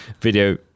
video